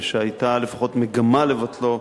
שהיתה לפחות מגמה לבטלו,